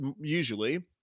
usually